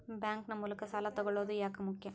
Bank ನ ಮೂಲಕ ಸಾಲ ತಗೊಳ್ಳೋದು ಯಾಕ ಮುಖ್ಯ?